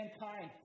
mankind